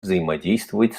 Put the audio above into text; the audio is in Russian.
взаимодействовать